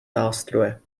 nástroje